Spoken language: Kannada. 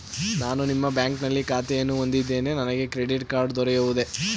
ನಾನು ನಿಮ್ಮ ಬ್ಯಾಂಕಿನಲ್ಲಿ ಖಾತೆಯನ್ನು ಹೊಂದಿದ್ದೇನೆ ನನಗೆ ಕ್ರೆಡಿಟ್ ಕಾರ್ಡ್ ದೊರೆಯುವುದೇ?